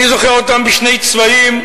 אני זוכר אותם בשני צבעים,